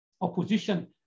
opposition